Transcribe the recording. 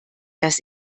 das